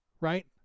right